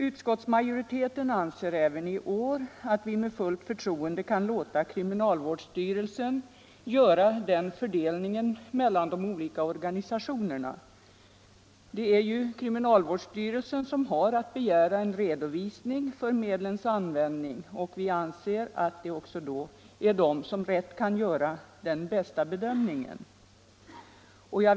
Utskottsmajoriteten anser även i år att vi med fullt förtroende kan låta kriminalvårdsstyrelsen göra fördelningen mellan de olika organisationerna. Det är ju kriminalvårdsstyrelsen som har att begära redovisning för medlens användning, och vi anser att det då också är styrelsen som kan göra den bästa bedömningen.